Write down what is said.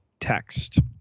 text